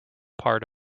part